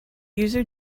user